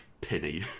penny